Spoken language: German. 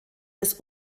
des